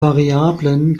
variablen